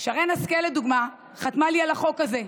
שרן השכל לדוגמה, חתמה לי על החוק הזה,